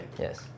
Yes